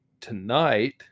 tonight